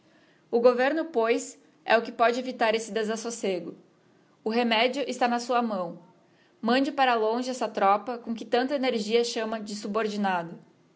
o governo pois é que pôde evitar este desassocego o remédio está na sua mão mande para longe essa tropa que com tanta energia chama subordinada